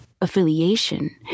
affiliation